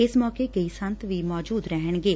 ਇਸ ਮੌਕੇ ਕਈ ਸੰਤ ਵੀ ਮੌਜੁਦ ਰਹਿਣਗੇ